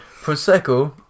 Prosecco